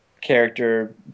character